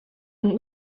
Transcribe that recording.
und